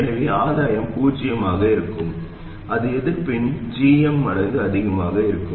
எனவே ஆதாயம் பூஜ்ஜியமாக இருக்கும் அது எதிர்ப்பின் gm மடங்கு அதிகமாக இருக்கும்